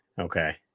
Okay